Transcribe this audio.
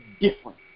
different